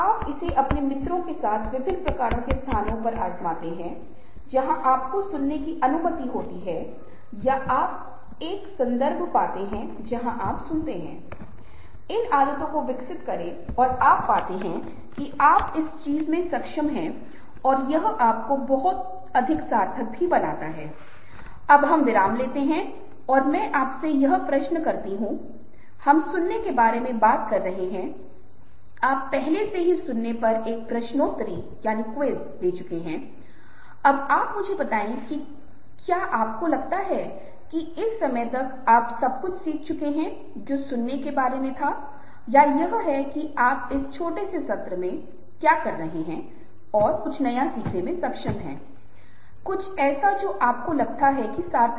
उदाहरण के लिए यदि संचार व्यवहार से हम समझते हैं कि व्यक्ति एक महान संचारक है तो हमें भी उस तरह का व्यवहार करना चाहिए यदि कोई व्यक्ति सोक्राटिक है जो बहुत बातूनी है हमें उन्हें सुनने के लिए धीरज रखना चाहिए और यदि कोई व्यक्ति चिंतनशील प्रकार का संचारक है अगर हम ऐसा व्यवहार करते हैं हम दूसरों की तुलना में बेहतर स्थिति में होंगे क्योंकि यह आवृत्ति से मेल खाएगा और एक दूसरे को समझना बेहतर होगा क्योंकि संचार का पूरा उद्देश्य यह है कि हमारे संचार को प्रभावी कैसे बनाया जाए और हम अपना काम कैसे कर सकते हैं